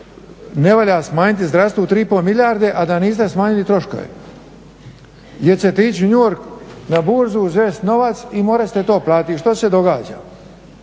Ne valja smanjiti zdravstvo 3,5 milijarde a da niste smanjili troškove gdje ćete ići u New York uzet novac i morat ćete to platiti. Što se događa?